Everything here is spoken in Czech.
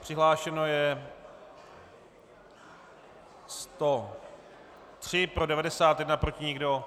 Přihlášeno je 103, pro 91, proti nikdo.